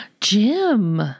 Jim